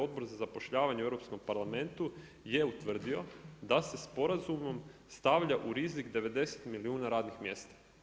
Odbor za zapošljavanje u Europskom parlamentu je utvrdio da se sporazumom stavlja u rizik 90 milijuna radnih mjesta.